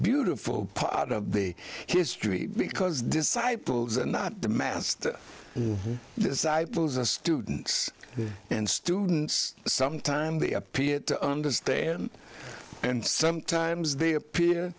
beautiful part of the history because disciples and not the master disciples are students and students sometimes they appear to understand and sometimes they appear